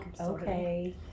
Okay